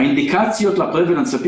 האינדיקציות ל-Prevalence, ה-*P